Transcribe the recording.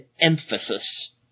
emphasis